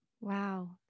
Wow